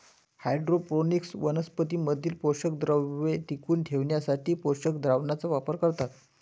hydroponics वनस्पतीं मधील पोषकद्रव्ये टिकवून ठेवण्यासाठी पोषक द्रावणाचा वापर करतात